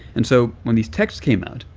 and so when these texts came out,